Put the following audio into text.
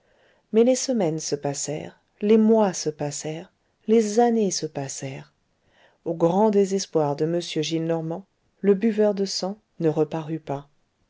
mais les semaines se passèrent les mois se passèrent les années se passèrent au grand désespoir de m gillenormand le buveur de sang ne reparut pas